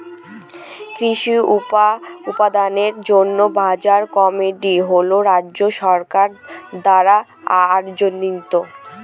কৃষি উৎপাদনের জন্য বাজার কমিটি হয় রাজ্য সরকার দ্বারা আয়োজিত